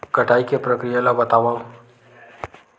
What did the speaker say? कटाई के प्रक्रिया ला बतावव?